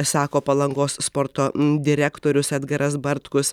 sako palangos sporto direktorius edgaras bartkus